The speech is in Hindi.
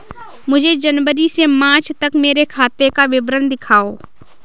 मुझे जनवरी से मार्च तक मेरे खाते का विवरण दिखाओ?